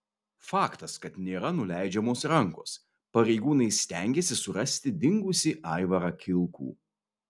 faktas kad nėra nuleidžiamos rankos pareigūnai stengiasi surasti dingusį aivarą kilkų